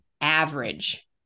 average